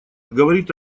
говорит